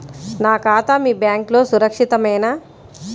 నా ఖాతా మీ బ్యాంక్లో సురక్షితమేనా?